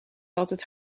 altijd